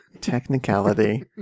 technicality